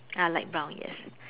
ah light brown yes